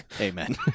Amen